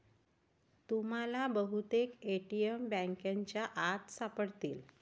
तुम्हाला बहुतेक ए.टी.एम बँकांच्या आत सापडतील